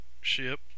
ship